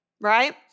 right